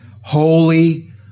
Holy